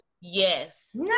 Yes